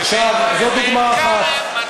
עכשיו, זו דוגמה אחת.